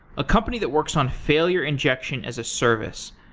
a company that works on failure injection as a service.